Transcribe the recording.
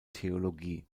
theologie